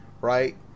right